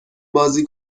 بازی